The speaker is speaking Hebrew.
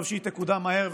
טוב שהיא תקודם מהר.